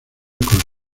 con